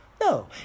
No